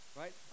right